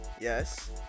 yes